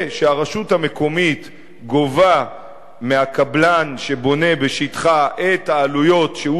שהרשות המקומית גובה מהקבלן שבונה בשטחה את העלויות שהוא